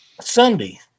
Sunday